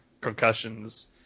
concussions